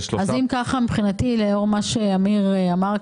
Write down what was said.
מבחינתי, לאור מה שאמיר עבר,